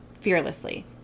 fearlessly